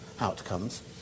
outcomes